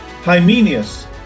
Hymenius